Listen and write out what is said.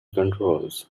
controls